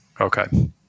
Okay